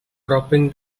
dropping